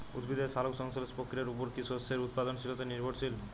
উদ্ভিদের সালোক সংশ্লেষ প্রক্রিয়ার উপর কী শস্যের উৎপাদনশীলতা নির্ভরশীল?